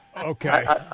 Okay